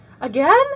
Again